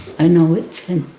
i know it's him.